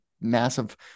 massive